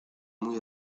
muy